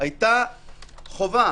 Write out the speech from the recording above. היתה חובה